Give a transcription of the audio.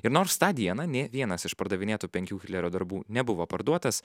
ir nors tą dieną nė vienas iš pardavinėtų penkių klero darbų nebuvo parduotas